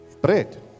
Bread